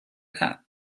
that